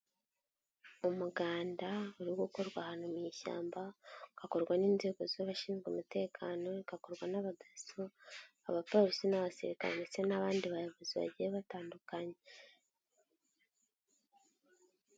Umuganda uri gukorwa ahantu mu ishyamba, ugakorwa n'inzego z'abashinzwe umutekano, ugakorwa n'aba Daso, Abapolisi n'Abasirikare ndetse n'abandi bayobozi bagiye batandukanye.